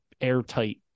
airtight